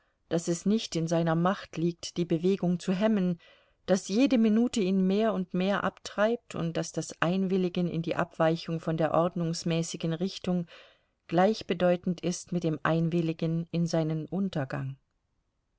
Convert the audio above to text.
daß es nicht in seiner macht liegt die bewegung zu hemmen daß jede minute ihn mehr und mehr abtreibt und daß das einwilligen in die abweichung von der ordnungsmäßigen richtung gleichbedeutend ist mit dem einwilligen in seinen untergang